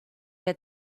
der